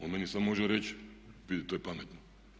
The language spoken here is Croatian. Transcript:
On meni samo može reći to je pametno.